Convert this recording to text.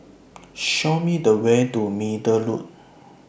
Show Me The Way to Middle Road